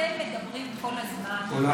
אתם מדברים כל הזמן על פסקת ההתגברות,